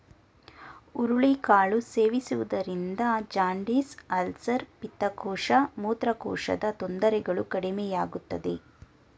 ಹುರುಳಿ ಕಾಳು ಸೇವಿಸುವುದರಿಂದ ಜಾಂಡಿಸ್, ಅಲ್ಸರ್, ಪಿತ್ತಕೋಶ, ಮೂತ್ರಕೋಶದ ತೊಂದರೆಗಳು ಕಡಿಮೆಯಾಗುತ್ತದೆ